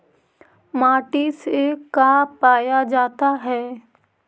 माटी से का पाया जाता है?